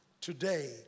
Today